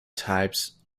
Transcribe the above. types